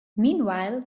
meanwhile